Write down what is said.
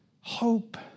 Hope